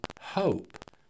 hope